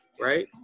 Right